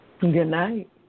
Goodnight